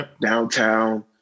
downtown